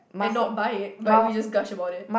and not buy it but we just goes about it